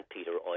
Peter